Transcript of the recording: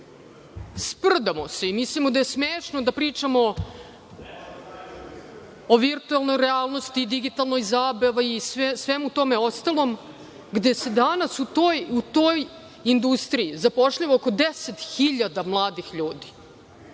sprdamo se i mislimo da je smešno da pričamo o virtuelnoj realnosti, digitalnoj zabavi i svemu tome ostalom, gde se danas u toj industriji zapošljava oko deset hiljada mladih ljudi,